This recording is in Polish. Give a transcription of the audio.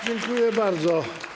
Dziękuję bardzo.